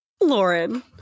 Lauren